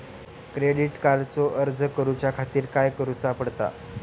Credit कार्डचो अर्ज करुच्या खातीर काय करूचा पडता?